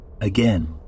Again